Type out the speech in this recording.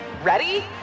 Ready